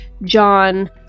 John